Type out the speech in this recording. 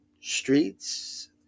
streets